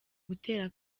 gutera